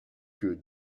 que